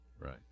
Right